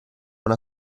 una